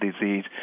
disease